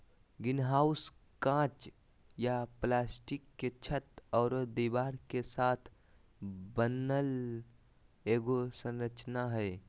greenhouse काँच या plastic के छत आरो दीवार के साथ बनल एगो संरचना हइ